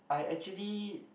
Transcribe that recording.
I actually